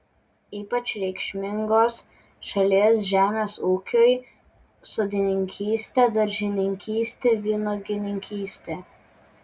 ypač reikšmingos šalies žemės ūkiui sodininkystė daržininkystė vynuogininkystė